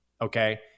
okay